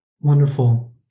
Wonderful